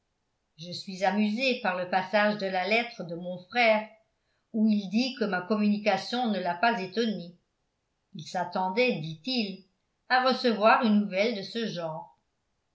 je suis amusée par le passage de la lettre de mon frère où il dit que ma communication ne l'a pas étonné il s'attendait dit-il à recevoir une nouvelle de ce genre